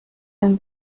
denn